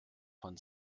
von